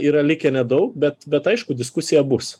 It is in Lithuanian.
yra likę nedaug bet bet aišku diskusija bus